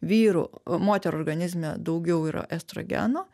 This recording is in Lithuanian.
vyrų moterų organizme daugiau yra estrogeno